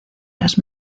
las